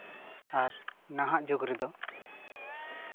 ᱟᱨ ᱱᱟᱦᱟᱜ ᱡᱩᱜᱽ ᱨᱮᱫᱚ